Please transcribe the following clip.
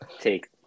take